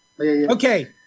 Okay